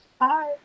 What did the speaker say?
Hi